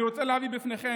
אני רוצה להביא בפניכם,